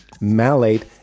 malate